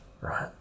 right